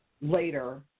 later